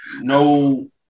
no